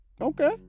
Okay